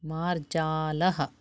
मार्जालः